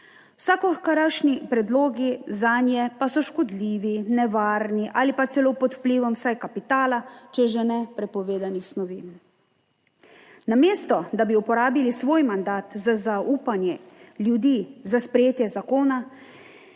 vsakokratni predlogi zanje pa so škodljivi, nevarni ali pa celo pod vplivom vsaj kapitala če že ne prepovedanih snovi. Namesto da bi uporabili svoj mandat za zaupanje ljudi za sprejetje zakona,